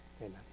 Amen